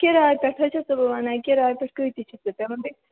کِرایہِ پیٚٹھ حظ چھَسَو بہٕ ونان کِرایہِ پیٚٹھ کۭتِس چھُ سُہ پیٚوان بیٚیہِ